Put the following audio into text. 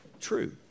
true